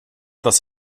das